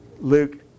Luke